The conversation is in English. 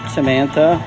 Samantha